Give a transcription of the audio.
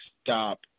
stop